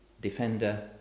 defender